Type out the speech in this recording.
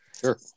Sure